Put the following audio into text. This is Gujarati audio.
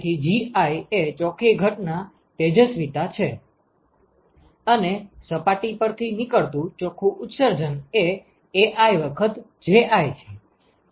તેથી Gi એ ચોખ્ખી ઘટના તેજસ્વિતા છે અને સપાટી પરથી નીકળતું ચોખ્ખું ઉત્સર્જન એ Ai વખત Ji છે